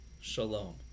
Shalom